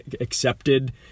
accepted